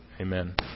Amen